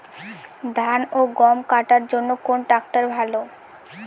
ধান ও গম কাটার জন্য কোন ট্র্যাক্টর ভালো?